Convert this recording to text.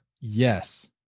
Yes